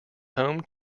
home